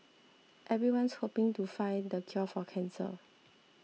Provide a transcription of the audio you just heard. everyone's hoping to find the cure for cancer